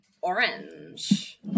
orange